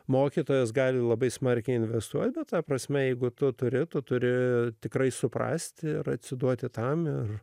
mokytojas gali labai smarkiai investuoti bet ta prasme jeigu tu turi tu turi tikrai suprasti ir atsiduoti tam ir